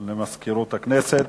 חבר הכנסת